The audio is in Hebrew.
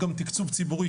גם תקצוב ציבורי,